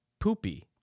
poopy